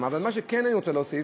אבל מה שכן, אני רוצה להוסיף,